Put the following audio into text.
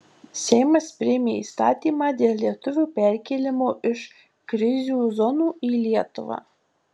seimas priėmė įstatymą dėl lietuvių perkėlimo iš krizių zonų į lietuvą